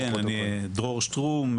אני דרור שטרום,